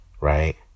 Right